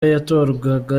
yatorwaga